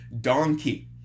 donkey